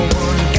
one